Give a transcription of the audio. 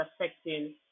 affecting